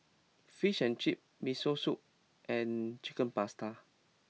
Fish and Chips Miso Soup and Chicken Pasta